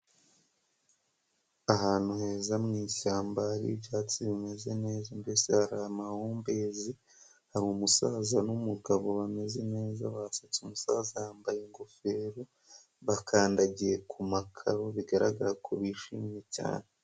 Ahantu heza mu ishyamba hari ibyatsi bimeze neza mbese hari amahumbezi, haba umusaza n'umugabo bameze neza basetse, umusaza yambaye ingofero bakandagiye ku makaro bigaragara ko bishimye cyane.